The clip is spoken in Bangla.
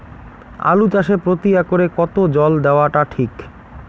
আলু চাষে প্রতি একরে কতো জল দেওয়া টা ঠিক?